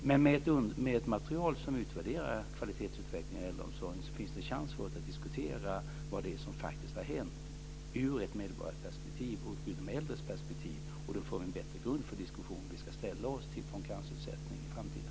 Men med ett material som utvärderar kvalitetsutvecklingen i äldreomsorgen finns det en chans att diskutera vad det är som faktiskt har hänt ur ett medborgarperspektiv och ur de äldres perspektiv. Då får vi en bättre grund för diskussionen om hur vi ska ställa oss till konkurrensutsättning i framtiden.